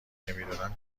نمیدونن